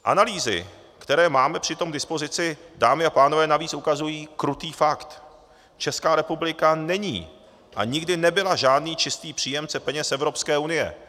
Analýzy, které přitom máme k dispozici, dámy a pánové, navíc ukazují krutý fakt: Česká republika není a nikdy nebyla žádný čistý příjemce peněz z Evropské unie.